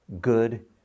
good